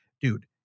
Dude